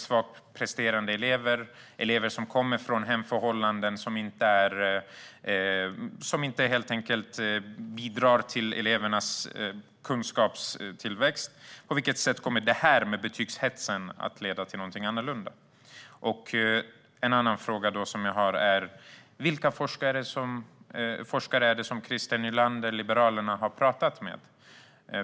Svagpresterande elever, elever som kommer från hemförhållanden som helt enkelt inte bidrar till elevernas kunskapstillväxt - på vilket sätt kommer den här betygshetsen att leda till någonting annorlunda för dem? En annan fråga som jag har är vilka forskare som Christer Nylander, Liberalerna, har pratat med.